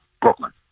Brooklyn